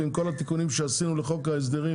ועם כל התיקונים עשינו לחוק ההסדרים,